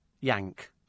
Yank